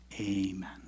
amen